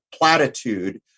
platitude